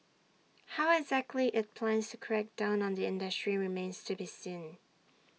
how exactly IT plans to crack down on the industry remains to be seen